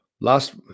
Last